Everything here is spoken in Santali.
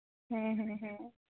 ᱦᱮᱸ ᱦᱮᱸ